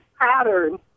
pattern